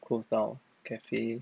closed down cafe